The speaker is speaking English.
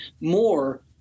more